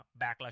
backlash